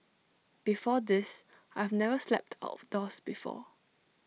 before this I've never slept outdoors before